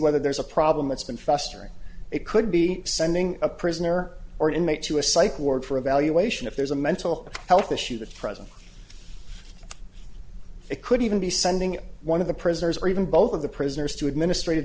whether there's a problem that's been festering it could be sending a prisoner or inmate to a psych ward for evaluation if there's a mental health issue that's present it could even be sending one of the prisoners or even both of the prisoners to administrative